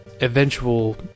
eventual